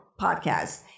podcast